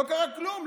לא קרה כלום,